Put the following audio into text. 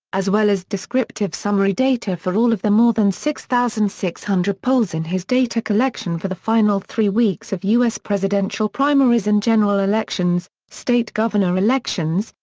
as well as descriptive summary data for all of the more than six thousand six hundred polls in his data collection for the final three weeks of u s. presidential primaries and general elections, state governor elections,